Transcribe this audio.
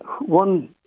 one